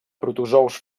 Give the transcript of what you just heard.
protozous